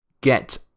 get